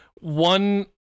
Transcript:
one